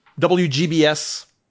WGBS